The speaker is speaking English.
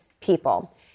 people